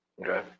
Okay